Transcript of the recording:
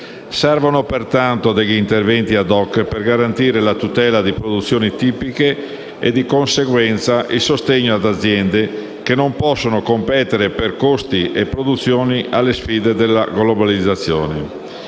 Servono pertanto degli interventi *ad hoc* per garantire la tutela di produzioni tipiche e, di conseguenza, il sostegno ad aziende che non possono competere, per costi e produzione, con le sfide della globalizzazione.